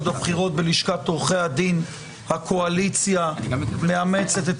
בבחירות ללשכת עורכי הדין הקואליציה מאמצת את